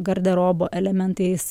garderobo elementais